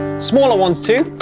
smaller ones too